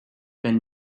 been